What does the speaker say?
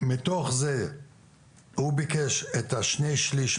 מתוך זה הוא ביקש את השני שליש,